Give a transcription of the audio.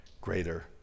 greater